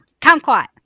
Kumquat